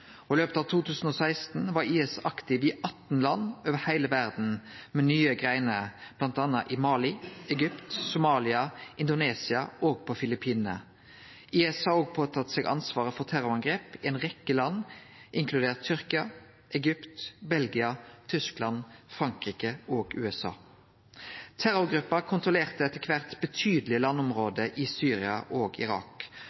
og i løpet av 2016 var IS aktiv i 18 land over hele verda, med nye greiner bl.a. i Mali, Egypt, Somalia, Indonesia og på Filippinane. IS har òg tatt på seg ansvaret for terrorangrep i ei rekkje land, inkludert Tyrkia, Egypt, Belgia, Tyskland, Frankrike og USA. Terrorgruppa kontrollerte etter